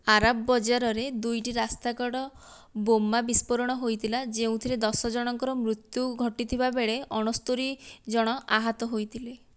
ଆରବ ବଜାରରେ ଦୁଇଟି ରାସ୍ତାକଡ଼ ବୋମା ବିସ୍ଫୋରଣ ହୋଇଥିଲା ଯେଉଁଥିରେ ଦଶ ଜଣଙ୍କର ମୃତ୍ୟୁ ଘଟିଥିବା ବେଳେ ଅଣସ୍ତରି ଜଣ ଆହତ ହୋଇଥିଲେ